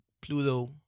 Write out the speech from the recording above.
Pluto